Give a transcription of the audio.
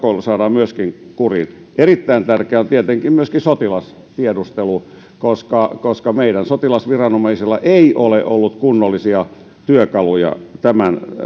myöskin kuriin erittäin tärkeää on tietenkin myöskin sotilastiedustelu koska koska meidän sotilasviranomaisilla ei ole ollut kunnollisia työkaluja tämän